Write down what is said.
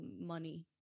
money